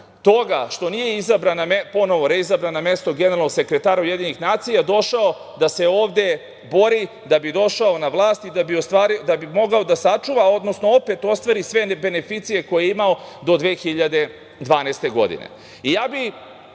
toga što nije reizabran na mesto generalnog sekretara UN došao da se ovde bori da bi došao na vlast i da bi mogao da sačuva, odnosno opet ostvari sve beneficije koje je imao do 2012. godine. Ja bih